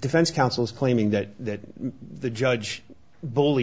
defense counsel is claiming that the judge bull